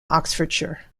oxfordshire